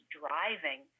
driving